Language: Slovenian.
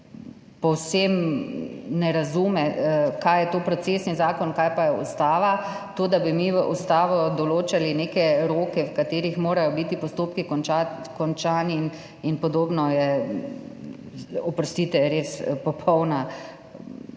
povsem ne razume, kaj je to procesni zakon, kaj pa je ustava. To, da bi mi v ustavi določali neke roke, v katerih morajo biti postopki končani, in podobno, je, oprostite, res popolna – se